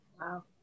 Wow